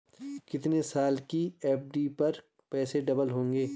कितने साल की एफ.डी पर पैसे डबल होंगे?